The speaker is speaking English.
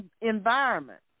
environment